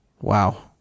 Wow